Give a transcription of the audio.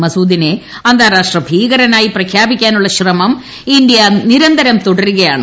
മസുദിനെ അന്താരാഷ്ട്ര ഭീകരനായി പ്രഖ്യാപിക്കാനുള്ള ശ്രമം ഇന്ത്യ നിരന്തരം തുടരുകയാണ്